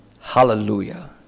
Hallelujah